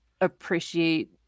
appreciate